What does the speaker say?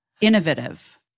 innovative